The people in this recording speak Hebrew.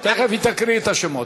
תכף היא תקרא את השמות.